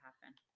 happen